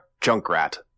Junkrat